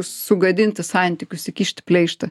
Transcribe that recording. sugadinti santykius įkišti pleištą